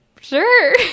sure